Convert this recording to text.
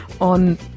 on